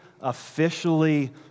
officially